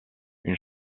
une